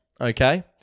okay